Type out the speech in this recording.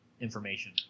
information